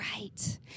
right